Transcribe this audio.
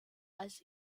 als